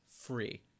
free